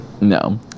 No